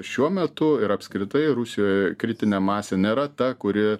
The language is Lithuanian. šiuo metu ir apskritai rusijoj kritinė masė nėra ta kuri